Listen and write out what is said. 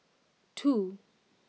two